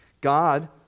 God